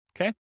Okay